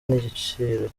n’igiciro